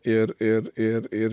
ir ir ir ir